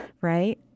right